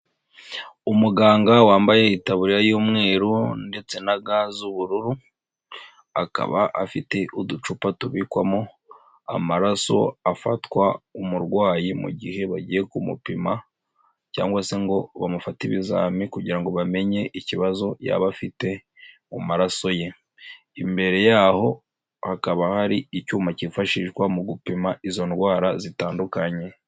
Umuganga wambaye itaburiya y'umweru ndetse na ga z'ubururu, akaba afite uducupa tubikwamo amaraso afatwa umurwayi mu gihe bagiye kumupima cyangwa se ngo bamufate ibizami kugira ngo bamenye ikibazo yaba afite mu maraso ye. Imbere yaho hakaba hari icyuma kifashishwa mu gupima izo ndwara zitandukanye.